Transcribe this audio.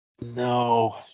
No